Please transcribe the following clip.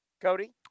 Cody